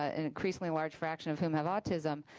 and increasingly large fraction of whom have autism,